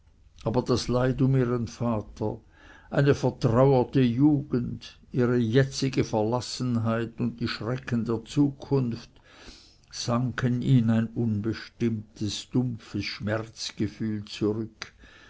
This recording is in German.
aber das leid um ihren vater eine vertrauerte jugend ihre jetzige verlassenheit und die schrecken der zukunft sanken in ein unbestimmtes dumpfes schmerzgefühl zurück